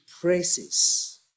praises